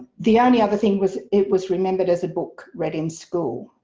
the only other thing was it was remembered as a book read in school,